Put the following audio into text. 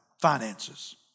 finances